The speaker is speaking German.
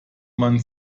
man